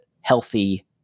healthy